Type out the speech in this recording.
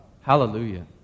Hallelujah